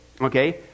Okay